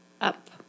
up